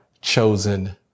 chosen